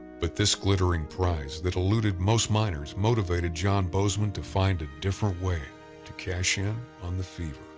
but this glittering prize that eluded most miners motivated john bozeman to find a different way to cash in on the fever.